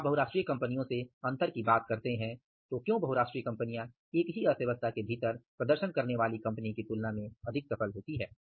जब आप बहुराष्ट्रीय कंपनियों से अंतर की बात करते हैं तो क्यों बहुराष्ट्रीय कंपनियां एक ही अर्थव्यवस्था के भीतर प्रदर्शन करने वाली कंपनी की तुलना में अधिक सफल होती हैं